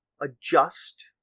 adjust